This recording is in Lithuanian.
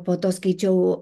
po to skaičiau